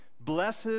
Blessed